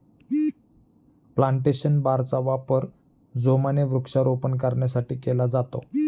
plantation बारचा वापर जोमाने वृक्षारोपण करण्यासाठी केला जातो